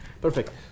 Perfect